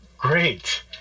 Great